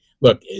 Look